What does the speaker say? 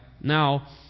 now